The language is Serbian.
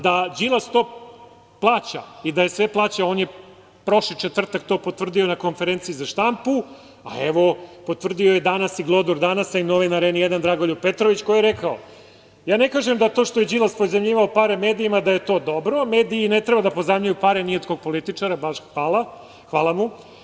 Da Đilas to plaća i da sve plaća, on je prošli četvrtak to potvrdio na konferenciji za štampu, a evo potvrdio je danas i glodar „Danasa“ i novinar „N1“ Dragoljub Petrović koji je rekao – ja ne kažem da to što je Đilas pozajmljivao pare medijima da je to dobro, mediji ne treba da pozajmljuju pare ni od kog političara, hvala mu.